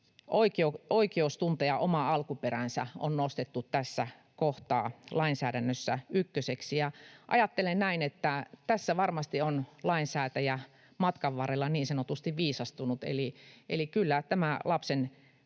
oikeus tuntea oma alkuperänsä on nostettu tässä kohtaa lainsäädännössä ykköseksi. Ja ajattelen näin, että tässä varmasti on lainsäätäjä matkan varrella niin sanotusti viisastunut, eli kyllä tämä tässä